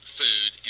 food